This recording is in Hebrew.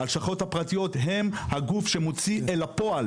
הלשכות הפרטיות הן הגוף שמוציא אל הפועל